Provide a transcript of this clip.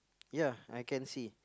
ya I can see